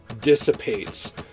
dissipates